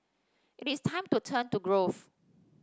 it is time to turn to growth